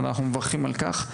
אבל אנחנו מברכים על כך.